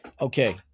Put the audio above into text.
Okay